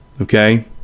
Okay